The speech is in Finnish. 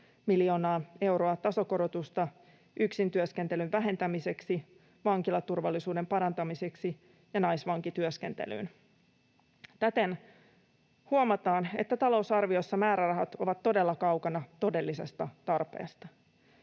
miljoonaa euroa tasokorotusta yksin työskentelyn vähentämiseksi, vankilaturvallisuuden parantamiseksi ja naisvankityöskentelyyn. Täten huomataan, että talousarviossa määrärahat ovat todella kaukana todellisesta tarpeesta.